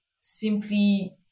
simply